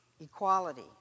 equality